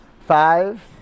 Five